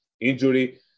injury